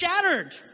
shattered